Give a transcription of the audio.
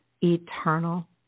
eternal